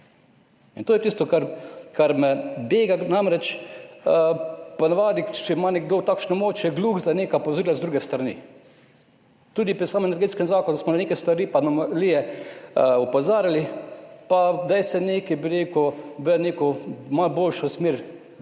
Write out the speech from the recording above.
To je tisto, kar me bega. Namreč, po navadi, če ima nekdo takšno moč, je gluh za neka opozorila z druge strani. Tudi pri samem Energetskem zakonu smo na neke stvari pa na anomalije opozarjali, pa zdaj se nekaj, bi rekel, v neko malo boljšo smer